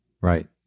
Right